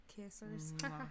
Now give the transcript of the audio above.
kissers